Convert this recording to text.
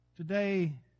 Today